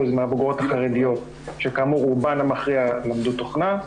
מהבוגרות החרדיות שכאמור רובן המכריע למדו תוכנה,